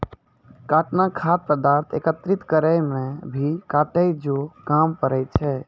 काटना खाद्य पदार्थ एकत्रित करै मे भी काटै जो काम पड़ै छै